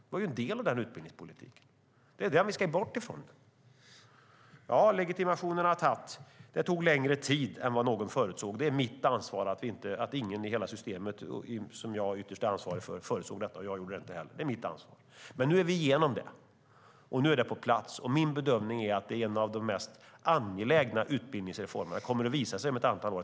Det var en del av den utbildningspolitiken, och det är den som vi nu ska bort ifrån. Ja, legitimationerna tog längre tid än vad någon förutsåg. Det är ytterst mitt ansvar att ingen i hela systemet förutsåg detta. Inte heller jag förutsåg det. Det är mitt ansvar. Men nu är vi igenom detta. Nu är legitimationen på plats. Min bedömning är att det är en av de mest angelägna utbildningsreformerna, och det kommer att visa sig om ett antal år.